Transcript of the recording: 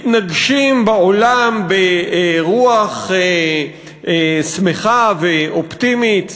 מתנגשים בעולם ברוח שמחה ואופטימית.